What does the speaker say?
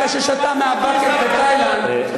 אחרי ששתה מהבאקט בתאילנד,